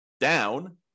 down